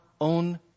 own